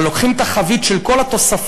אבל לוקחים את החבית של כל התוספות,